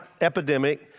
epidemic